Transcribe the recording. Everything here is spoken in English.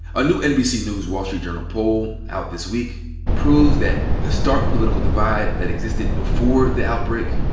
a new nbc news wall street journal poll out this week proves that the start political divide that existed before the outbreak,